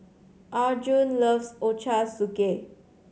Arjun loves Ochazuke